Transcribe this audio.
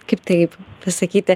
kaip taip pasakyti